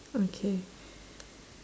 okay